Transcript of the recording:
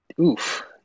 Oof